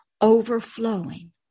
overflowing